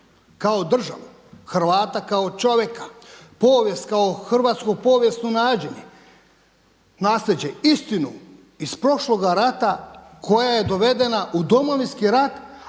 kao državu Hrvata kao čovjeka, povijest kao hrvatsko povijesno naslijeđe, istinu iz prošloga rata koja je dovedena u Domovinski rat